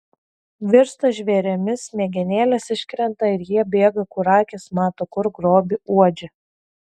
virsta žvėrimis smegenėlės iškrenta ir jie bėga kur akys mato kur grobį uodžia